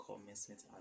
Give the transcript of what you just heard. commencement